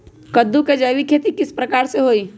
कददु के जैविक खेती किस प्रकार से होई?